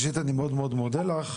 ראשית, אני מאוד מודה לך.